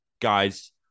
guys